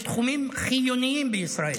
בתחומים חיוניים בישראל.